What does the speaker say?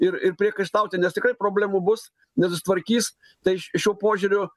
ir ir priekaištauti nes tikrai problemų bus nesusitvarkys tai š šiuo požiūriu